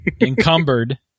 encumbered